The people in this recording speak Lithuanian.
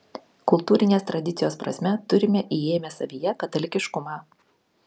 kultūrinės tradicijos prasme turime įėmę savyje katalikiškumą